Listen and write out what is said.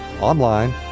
online